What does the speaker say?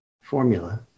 formula